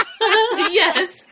yes